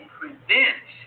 prevent